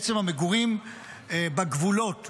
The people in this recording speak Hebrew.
בעצם המגורים בגבולות,